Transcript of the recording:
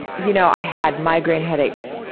you know i had migraine headaches,